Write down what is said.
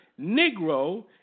Negro